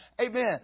Amen